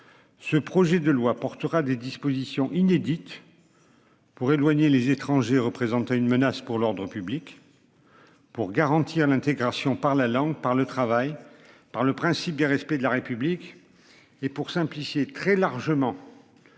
Ce projet de loi portera des dispositions inédites. Pour éloigner les étrangers représentaient une menace pour l'ordre public. Pour garantir l'intégration par la langue par le travail par le principe du respect de la République et pour simplifier, très largement. Le contentieux des étrangers